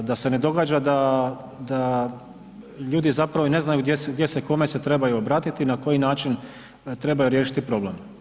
Da se ne događa da, da ljudi zapravo i ne znaju gdje se, kome se trebaju obratiti i na koji način trebaju riješiti problem.